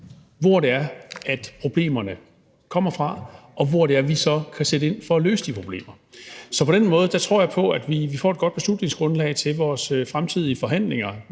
hvor problemerne kommer fra, og hvor vi kan sætte ind for at løse de problemer. Så på den måde tror jeg på, at vi får et godt beslutningsgrundlag for vores fremtidige forhandlinger